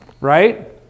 Right